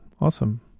Awesome